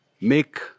make